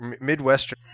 midwestern